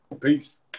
peace